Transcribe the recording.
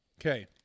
Okay